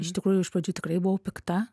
iš tikrųjų iš pradžių tikrai buvau pikta